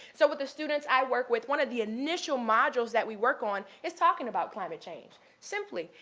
so with the students i work with, one of the initial modules that we work on is talking about climate change, simply.